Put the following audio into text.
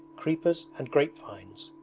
creepers, and grape vines.